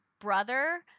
brother